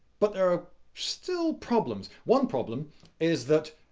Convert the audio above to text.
but there are still problems. one problem is that,